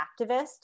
activist